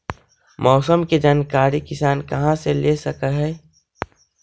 मौसम के जानकारी किसान कहा से ले सकै है?